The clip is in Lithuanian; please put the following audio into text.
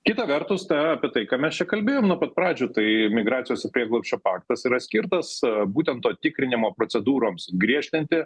kita vertus ta apie tai ką mes čia kalbėjom nuo pat pradžių tai migracijos ir prieglobsčio paktas yra skirtas būtent to tikrinimo procedūroms griežtinti